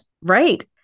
Right